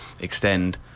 extend